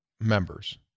members